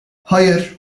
hayır